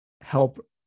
help